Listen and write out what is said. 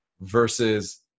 versus